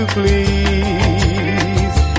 please